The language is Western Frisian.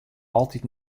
altyd